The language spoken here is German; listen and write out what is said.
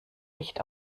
nicht